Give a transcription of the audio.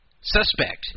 suspect